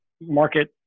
market